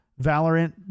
Valorant